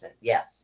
Yes